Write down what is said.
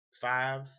five